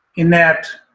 in that,